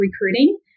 recruiting